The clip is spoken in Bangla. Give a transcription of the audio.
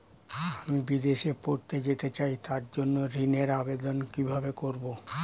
আমি বিদেশে পড়তে যেতে চাই তার জন্য ঋণের আবেদন কিভাবে করব?